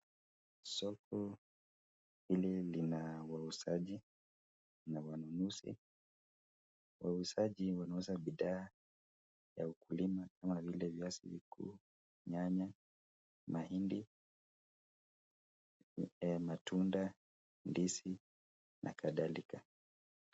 Soko hili lina wauzaji na wanunuzi. Wauzaji wanauza bidhaa ya ukulima kama vile: viazi kuu, nyanya, mahindi, matunda, ndizi na kadhalika.